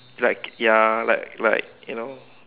like ya like like you know